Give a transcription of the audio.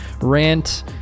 rant